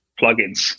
plugins